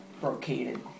brocaded